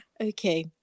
Okay